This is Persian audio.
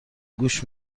گوش